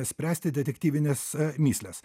spręsti detektyvines mįsles